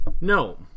No